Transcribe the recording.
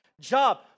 job